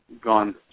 gone